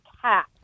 cat